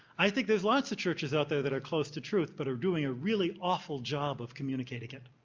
i think there's lot of churches out there that are close to truth but are doing a really awful job of communicating it.